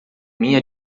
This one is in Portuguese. minha